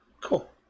Cool